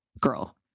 girl